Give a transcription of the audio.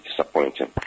disappointing